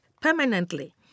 permanently